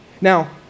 Now